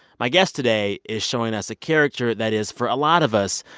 my guest today is showing us a character that is, for a lot of us,